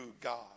God